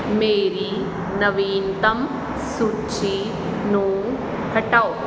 ਮੇਰੀ ਨਵੀਨਤਮ ਸੂਚੀ ਨੂੰ ਹਟਾਓ